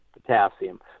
Potassium